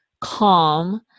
calm